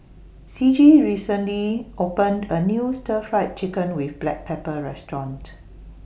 Ciji recently opened A New Stir Fried Chicken with Black Pepper Restaurant